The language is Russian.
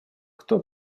кто